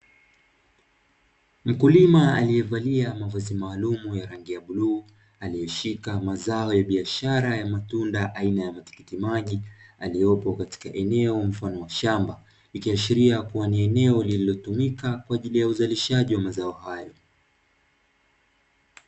Mkulima aliyevalia mavazi maalumu ya rangi ya bluu aliyeshika mazao ya biashara ya matunda aina ya matikiti maji, aliyepo katika eneo mfano wa shamba; ikiashiria kuwa ni eneo lililotumika kwa ajili ya uzalishaji wa mazao hayo.